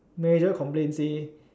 manager complained say